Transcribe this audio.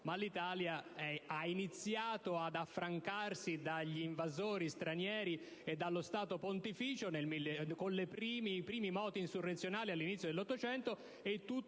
ma l'Italia ha iniziato ad affrancarsi dagli invasori stranieri e dallo Stato Pontificio con i primi moti insurrezionali all'inizio dell'800, e tutto